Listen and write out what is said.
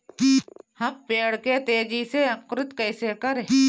हम पेड़ के तेजी से अंकुरित कईसे करि?